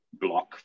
block